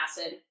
acid